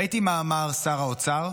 ראיתי מה אמר שר האוצר,